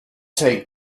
take